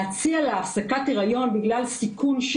להציע לה הפסקת היריון בגלל סיכון,